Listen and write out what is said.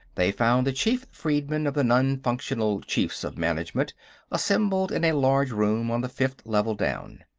they found the chief-freedmen of the non-functional chiefs of management assembled in a large room on the fifth level down.